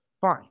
Fine